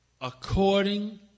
according